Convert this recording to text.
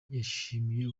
yishimiye